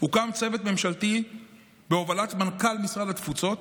הוקם צוות ממשלתי בהובלת מנכ"ל משרד התפוצות,